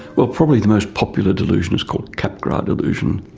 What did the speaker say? well probably the most popular delusion is called capgras delusion,